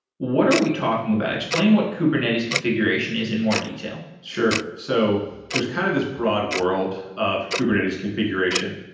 what are we talking about? explain what kubernetes configuration is in more detail. sure. so there's kind of this broad world of kubernetes configuration.